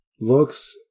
looks